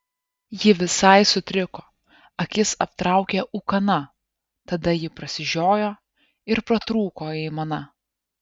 ji visai sutriko akis aptraukė ūkana tada ji prasižiojo ir pratrūko aimana